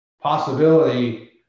possibility